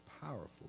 powerful